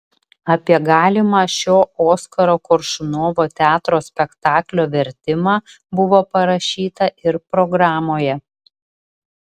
apie galimą šio oskaro koršunovo teatro spektaklio vertimą buvo parašyta ir programoje